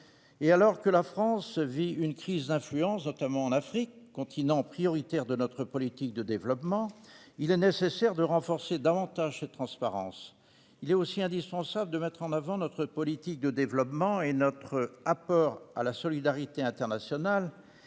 ! Alors que la France vit une crise d'influence, notamment en Afrique, continent prioritaire de notre politique de développement, il est nécessaire de renforcer encore davantage cette transparence. Il est aussi indispensable de mettre en avant notre politique de développement et notre apport à la solidarité internationale